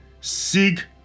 Seek